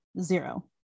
zero